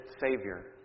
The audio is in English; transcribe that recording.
Savior